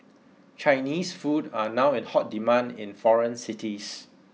Chinese food are now in hot demand in foreign cities